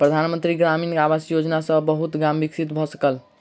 प्रधान मंत्री ग्रामीण आवास योजना सॅ बहुत गाम विकसित भअ सकल